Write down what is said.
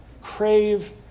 crave